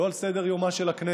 לא על סדר-יומה של הכנסת,